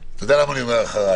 אתה יודע למה אני אומר אחריי?